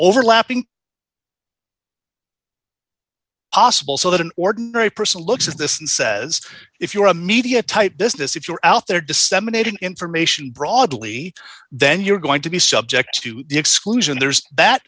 overlapping possible so that an ordinary person looks at this and says if you're a media type business if you're out there disseminating information broadly then you're going to be subject to the exclusion there's that